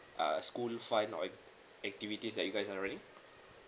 uh school fund or act~ activities that you guys are running